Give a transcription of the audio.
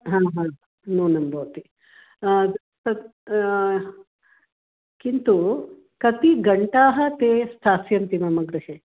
हा हा न्यूनं भवति तत् किन्तु कति घण्टाः ते स्थास्यन्ति मम गृहे